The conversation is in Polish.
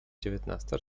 dziewiętnasta